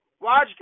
Watch